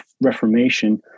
reformation